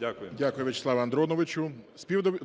Дякую, В'ячеславе Андроновичу.